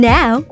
Now